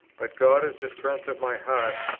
but god is the strength of my heart,